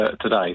today